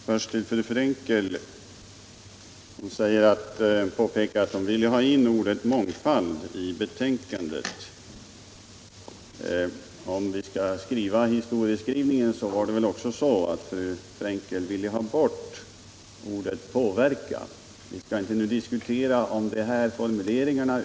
Herr talman! Fru Frenkel påpekade att hon ville ha ordet mångfald med i betänkandet. Om vi tänker på historieskrivningen var det väl också så, att fru Frenkel ville ha bort ordet påverkan. Nu har vi inte anledning att diskutera de här formuleringarna.